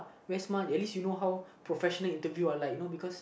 wear smart at least you know how professional interview are like